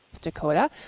Dakota